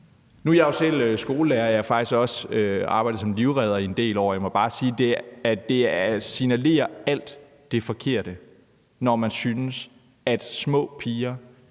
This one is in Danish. Nu er jeg jo selv skolelærer. Jeg har faktisk også arbejdet som livredder i en del år. Jeg må bare sige, at det signalerer alt det forkerte, når man synes, at små piger